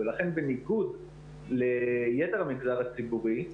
ולכן בניגוד ליתר המגזר הציבורי,